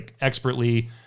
expertly